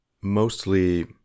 mostly